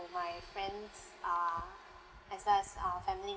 my friends uh as well as uh family